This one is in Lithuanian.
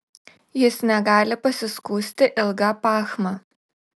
jis negali pasiskųsti ilga pachma